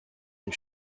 and